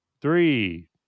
three